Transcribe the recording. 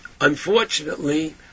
unfortunately